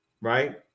right